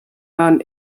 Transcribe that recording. waren